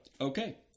Okay